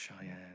Cheyenne